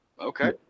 Okay